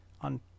on